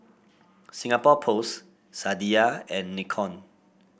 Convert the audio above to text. Singapore Post Sadia and Nikon